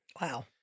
Wow